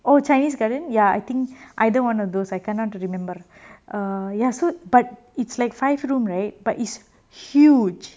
oh chinese garden ya I think either one of those I cannot remember err ya so but it's like five room right but it's huge